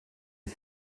est